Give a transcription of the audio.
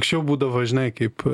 anksčiau būdavo žinai kaip